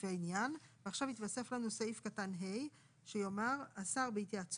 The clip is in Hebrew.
לפי העניין" ועכשיו יתווסף לנו סעיף קטן (ה) שיאמר: "השר בהתייעצות",